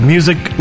Music